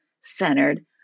centered